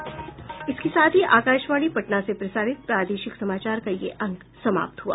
इसके साथ ही आकाशवाणी पटना से प्रसारित प्रादेशिक समाचार का ये अंक समाप्त हुआ